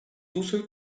also